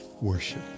worship